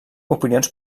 opinions